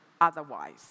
otherwise